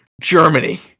Germany